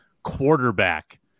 quarterback